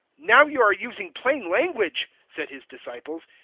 now you are using plain language, said his disciples,